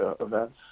events